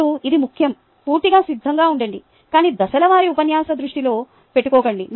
అప్పుడు ఇది ముఖ్యం పూర్తిగా సిద్ధంగా ఉండండి కానీ దశల వారీ ఉపన్యాసo దృష్టిలో పెట్టుకోకండి